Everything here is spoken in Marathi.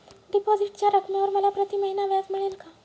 डिपॉझिटच्या रकमेवर मला प्रतिमहिना व्याज मिळेल का?